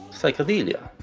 psychedelia,